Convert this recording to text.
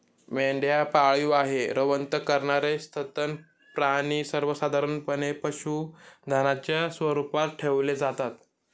मेंढ्या पाळीव आहे, रवंथ करणारे सस्तन प्राणी सर्वसाधारणपणे पशुधनाच्या स्वरूपात ठेवले जातात